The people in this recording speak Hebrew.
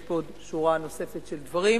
יש פה שורה נוספת של דברים,